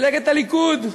מפלגת הליכוד,